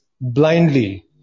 blindly